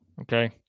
okay